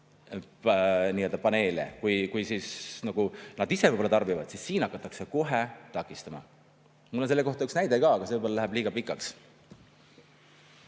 rohkem paneele, kui nad ise võib-olla tarbivad, siis siin hakatakse kohe takistama. Mul on selle kohta üks näide ka, aga see võib-olla läheb liiga pikaks.